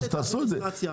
אז תעשו את זה,